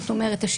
זאת אומרת,